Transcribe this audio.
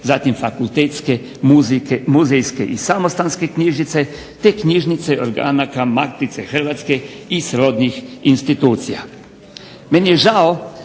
zatim fakultetske, muzejske i samostanske knjižnice, te knjižnice organa kao Matice hrvatske i srodnih institucija. Meni je žao